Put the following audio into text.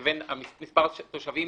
לבין מספר התושבים